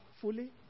fully